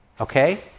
okay